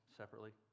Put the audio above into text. separately